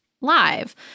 live